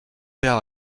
père